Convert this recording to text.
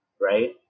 right